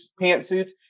pantsuits